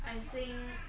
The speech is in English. I think